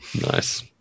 Nice